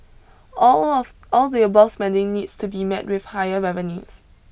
all of all the above spending needs to be met with higher revenues